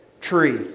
tree